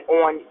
on